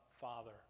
Father